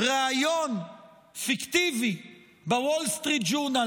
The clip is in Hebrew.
ריאיון פיקטיבי בוול סטריט ג'ורנל.